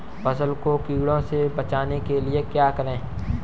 फसल को कीड़ों से बचाने के लिए क्या करें?